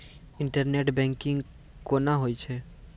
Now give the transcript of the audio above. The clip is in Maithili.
इंटरनेट बैंकिंग कोना होय छै?